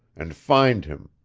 and find him,